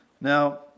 Now